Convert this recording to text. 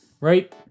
right